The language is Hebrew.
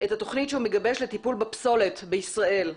את התוכנית שהוא מגבש לטיפול בפסולת בישראל.